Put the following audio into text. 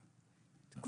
הטיפולים,